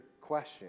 question